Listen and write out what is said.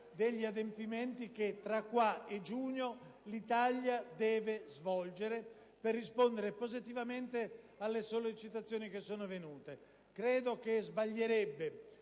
degli adempimenti che, tra adesso e giugno, l'Italia dovrà rispettare per rispondere positivamente alle sollecitazioni che sono venute. Credo che sbaglierebbe